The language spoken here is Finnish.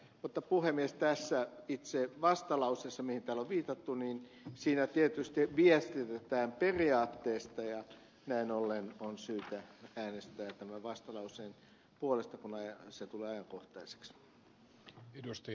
mutta puhemies tässä itse vastalauseessa mihin täällä on viitattu tietysti viestitetään periaatteesta ja näin ollen on syytä äänestää tämän vastalauseen puolesta kun se tulee ajankohtaiseksi